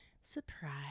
Surprise